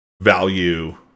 value